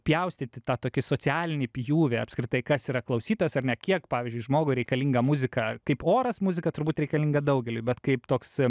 pjaustyti tą tokį socialinį pjūvį apskritai kas yra klausytas ar ne kiek pavyzdžiui žmogui reikalinga muzika kaip oras muzika turbūt reikalinga daugeliui bet kaip toks